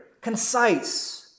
concise